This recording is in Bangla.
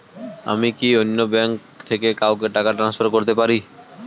আমি কি অন্য ব্যাঙ্ক থেকে কাউকে টাকা ট্রান্সফার করতে পারি?